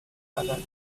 other